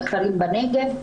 בכפרים בנגב,